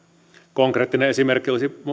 konkreettinen esimerkki olisi